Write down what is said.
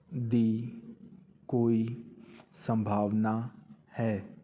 ਦੀ ਕੋਈ ਸੰਭਾਵਨਾ ਹੈ